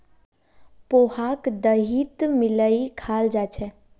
पोहाक दहीत मिलइ खाल जा छेक